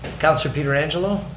councilor pietrangelo.